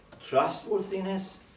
trustworthiness